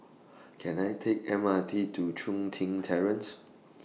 Can I Take M R T to Chun Tin Terrace